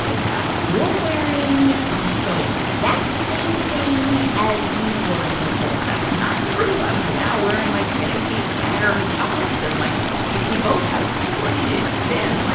ah yeah? you're wearing the exact same thing as you were before that's not true. i'm now wearing my fancy saturn cufflinks and my paisley bow tie. see, look. it spins.